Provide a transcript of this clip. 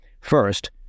First